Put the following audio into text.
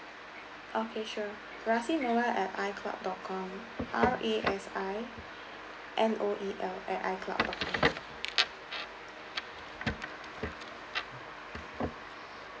okay sure rasinoel at I cloud dot com R A S I N O E L at I cloud dot com